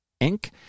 Inc